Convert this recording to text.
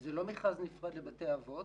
זה לא מכרז נפרד לבתי האבות.